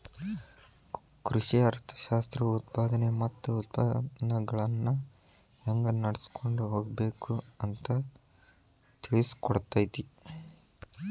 ಕೃಷಿ ಅರ್ಥಶಾಸ್ತ್ರವು ಉತ್ಪಾದನೆ ಮತ್ತ ಉತ್ಪನ್ನಗಳನ್ನಾ ಹೆಂಗ ನಡ್ಸಕೊಂಡ ಹೋಗಬೇಕು ಅಂತಾ ತಿಳ್ಸಿಕೊಡತೈತಿ